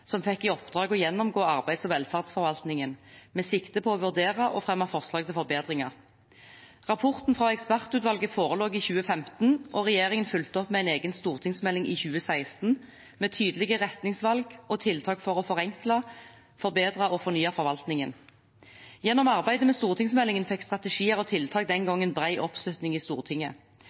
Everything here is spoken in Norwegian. som fikk i oppdrag å gjennomgå arbeids- og velferdsforvaltningen med sikte på å vurdere og fremme forslag til forbedringer. Rapporten fra ekspertutvalget forelå i 2015, og regjeringen fulgte opp med en egen stortingsmelding i 2016 med tydelige retningsvalg og tiltak for å forenkle, forbedre og fornye forvaltningen. Gjennom arbeidet med stortingsmeldingen fikk strategier og tiltak den gangen bred oppslutning i Stortinget,